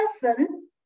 person